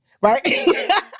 right